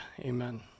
amen